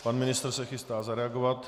Pan ministr se chystá zareagovat.